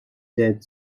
dead